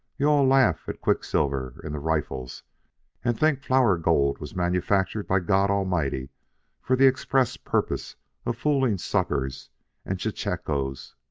you-all laugh at quicksilver in the riffles and think flour gold was manufactured by god almighty for the express purpose of fooling suckers and chechaquos.